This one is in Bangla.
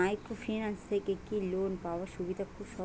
মাইক্রোফিন্যান্স থেকে কি লোন পাওয়ার সুবিধা খুব সহজ?